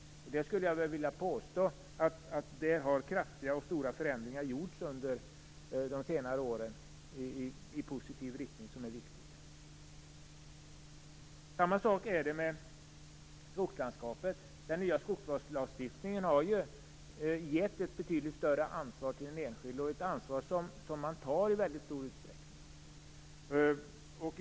Jag skulle vilja påstå att stora och kraftfulla förändringar i positiv riktning har gjorts under senare år. Samma sak gäller skogslandskapet. Den nya skogslagstiftningen har givit den enskilde ett betydligt större ansvar, som också tas i väldigt stor utsträckning.